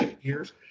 years